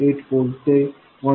8 volt ते 1